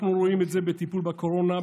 אנחנו רואים את זה בטיפול בקורונה,